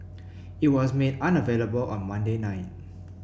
it was made unavailable on Monday night